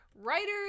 writers